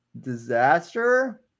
disaster